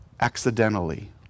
accidentally